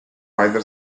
either